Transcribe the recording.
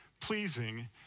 pleasing